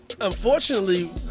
unfortunately